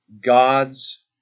God's